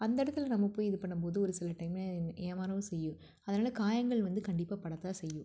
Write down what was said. அந்த இடத்துல நம்ம போய் இது பண்ணும் போது ஒரு சில டைமில் ஏமாறவும் செய்யும் அதனால் காயங்கள் வந்து கண்டிப்பாக படத்தான் செய்யும்